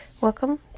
Welcome